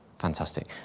Fantastic